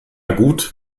gut